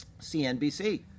CNBC